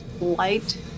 light